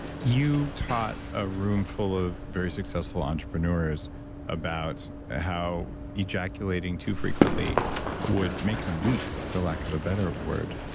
you taught a room full of very successful entrepreneurs about how ejaculating too frequently would make them weak, for lack of a better word.